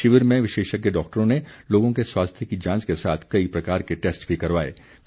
शिविर में विशेषज्ञ डॉक्टरों ने लोगों के स्वास्थ्य की जांच के साथ कई प्रकार के टैस्ट भी करवाए गए